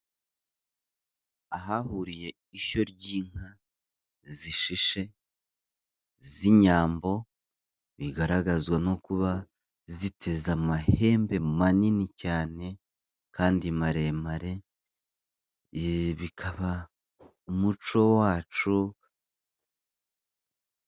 Ahahuriye ishyo ry'inka zishishe z'Inyambo bigaragazwa no kuba ziteze amahembe manini cyane kandi maremare, ye bikaba umuco wacu.